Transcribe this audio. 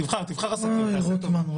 תבחר עסקים, תעשה טובה.